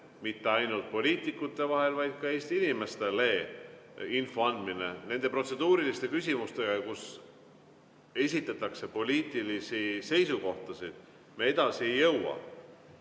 mitte ainult poliitikute vahel, vaid ka Eesti inimestele info andmine. Nende protseduuriliste küsimustega, millega esitatakse poliitilisi seisukohti, me edasi ei